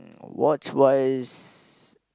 mm watch wise